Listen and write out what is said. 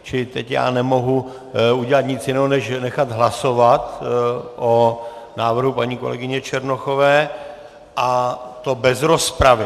Čili teď já nemohu udělat nic jiného než nechat hlasovat o návrhu paní kolegyně Černochové, a to bez rozpravy.